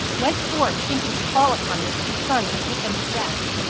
went forth thinking to fall upon his two sons and put them to death.